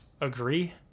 agree